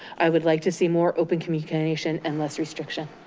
i would like to see more open communication and less restriction.